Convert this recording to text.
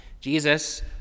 Jesus